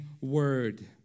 word